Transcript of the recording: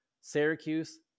Syracuse